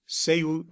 seu